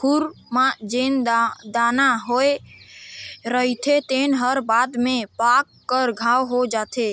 खूर म जेन दाना होए रहिथे तेन हर बाद में पाक कर घांव हो जाथे